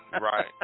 Right